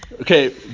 Okay